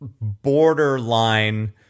borderline